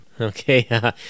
Okay